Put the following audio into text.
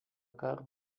karo